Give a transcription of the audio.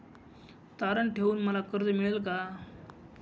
तारण ठेवून मला कर्ज मिळेल का?